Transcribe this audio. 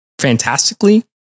fantastically